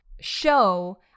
show